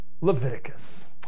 Leviticus